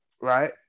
right